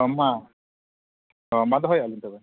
ᱟᱭᱢᱟ ᱚᱻ ᱫᱚᱦᱚᱭᱮᱫᱼᱟ ᱞᱤᱧ ᱛᱚᱵᱮ